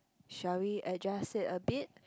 shall we adjust it a bit